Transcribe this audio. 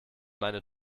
meine